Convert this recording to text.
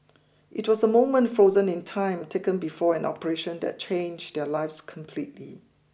it was a moment frozen in time taken before an operation that changed their lives completely